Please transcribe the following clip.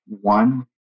one